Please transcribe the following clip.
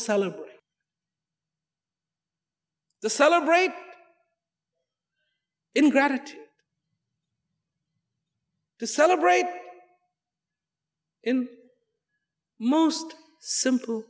celebrate the celebrate in gratitude to celebrate in most simple